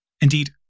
Indeed